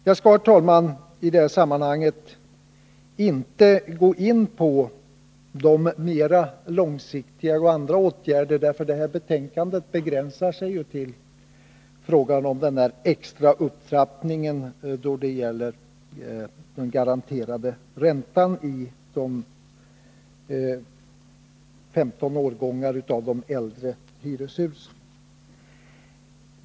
Jag skall, herr talman, inte gå in på mer långsiktiga åtgärder o. d., eftersom det här betänkandet begränsar sig till frågan om den extra upptrappningen av den garanterade räntan för de 15 årgångarna äldre hyreshus.